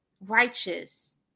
Righteous